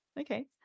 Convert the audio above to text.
okay